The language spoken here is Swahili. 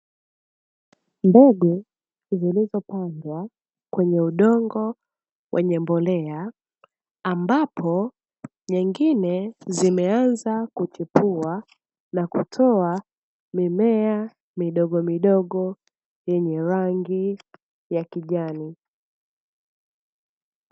Mbegu zilizopandwa kwenye udongo wenye mbolea, ambapo nyingine zimeanza kuchipua na kutoa mimea midogomidogo yenye rangi ya kijani.